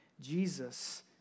Jesus